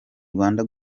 rwanda